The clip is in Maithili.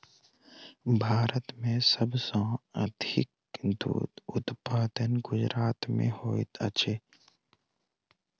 भारत में सब सॅ अधिक दूध उत्पादन गुजरात में होइत अछि